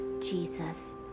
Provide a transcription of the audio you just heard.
Jesus